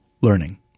learning